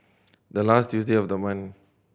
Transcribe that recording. the last Tuesday of the month